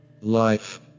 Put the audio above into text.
Life